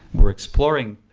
we are exploring